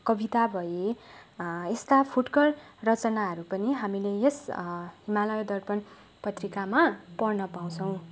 कविता भए यस्ता फुटकर रचानाहरू पनि हामीले यस हिमालय दर्पण पत्रिकामा पढ्न पाउँछौँ